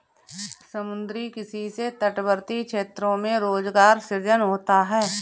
समुद्री किसी से तटवर्ती क्षेत्रों में रोजगार सृजन होता है